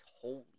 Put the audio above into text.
Holy